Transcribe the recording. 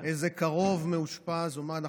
שאין לו איזה קרוב מאושפז או מישהו.